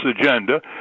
agenda